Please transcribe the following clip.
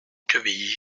quevilly